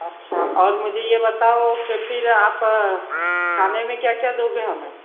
अच्छा और मुझे ये बताओ कि फिर आप खाने में क्या क्या दोगे हमें